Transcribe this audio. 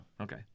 Okay